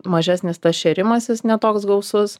mažesnis tas šėrimasis ne toks gausus